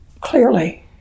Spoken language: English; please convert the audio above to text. clearly